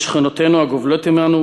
של שכנותינו הגובלות עמנו.